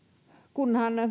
kunhan